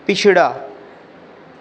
पिछड़ा